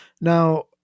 Now